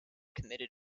committed